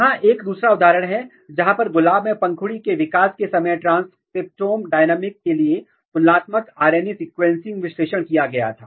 यह एक दूसरा उदाहरण है जहां पर गुलाब में पंखुड़ी के विकास के समय ट्रांसक्रिप्टोम डायनामिक के लिए तुलनात्मक RNA सीक्वेंसिंग विश्लेषण किया गया था